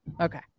Okay